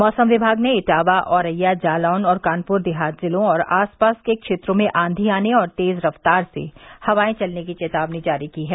मौसम विमाग ने इटावा औरैया जालौन और कानपुर देहात जिलों और आसपास के क्षेत्रों में आंधी आने और तेज रफ्तार से हवाएं चलने की चेतावनी जारी की है